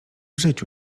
życiu